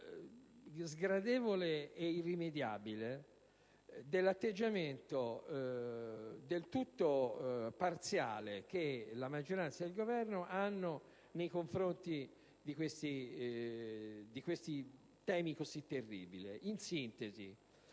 sgradevole e irrimediabile dell'atteggiamento del tutto parziale che la maggioranza e il Governo hanno nei confronti di questi temi così terribili. In sintesi,